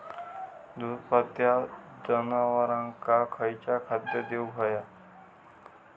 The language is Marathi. दुभत्या जनावरांका खयचा खाद्य देऊक व्हया?